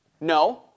no